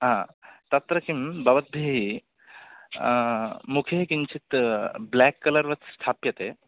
हा तत्र किं भवद्भिः मुखे किञ्चित् ब्लाक् कलर् वत् स्थाप्यते